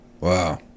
wow